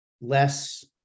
less